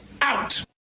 out